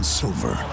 silver